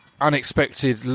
Unexpected